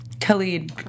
Khalid